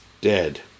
dead